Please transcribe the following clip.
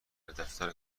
دفتر